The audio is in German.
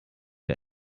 der